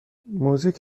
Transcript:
موزیک